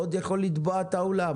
הוא עוד יכול לתבוע את האולם.